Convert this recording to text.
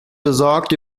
besorgt